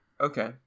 okay